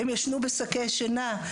הם ישנו בשקי שינה.